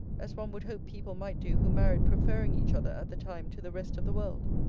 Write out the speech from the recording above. as one would hope people might do who married preferring each other at the time to the rest of the world.